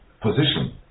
position